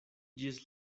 ĝis